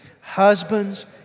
Husbands